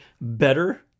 better